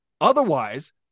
Otherwise